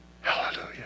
Hallelujah